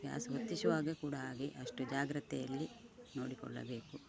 gas ಹೊತ್ತಿಸುವಾಗ ಕೂಡ ಹಾಗೆ ಅಷ್ಟು ಜಾಗ್ರತೆಯಲ್ಲಿ ನೋಡಿಕೊಳ್ಳಬೇಕು